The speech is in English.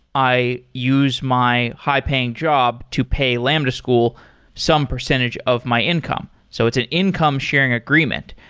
i use my high-paying job to pay lambda school some percentage of my income. so it's an income sharing agreement.